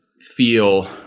feel